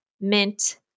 mint